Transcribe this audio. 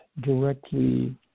directly